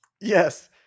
Yes